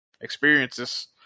experiences